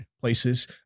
places